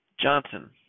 Johnson